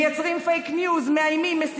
מייצרים פייק ניוז, מאיימים, מסיתים.